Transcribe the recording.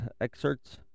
excerpts